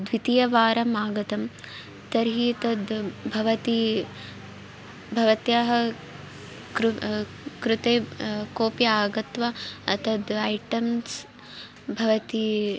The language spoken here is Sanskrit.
द्वितीयवारम् आगतं तर्हि तद् भवती भवत्याः कृ कृते कोऽपि आगत्य अतद् ऐटम्स् भवती